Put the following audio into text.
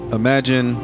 imagine